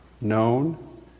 known